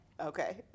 Okay